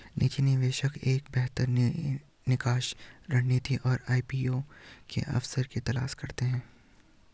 निजी निवेशक एक बेहतर निकास रणनीति और आई.पी.ओ के अवसर की तलाश करते हैं